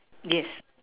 yes